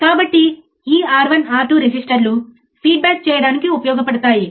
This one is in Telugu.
కాబట్టి మేము ఆ ఇన్పుట్ను ఎలా ఉహిస్తున్నాము